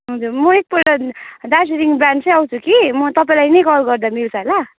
हजर म एकपल्ट दार्जिलिङ ब्रान्च नै आउँछु कि म तपाईँलाई नै कल गर्दा मिल्छ होला